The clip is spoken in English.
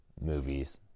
movies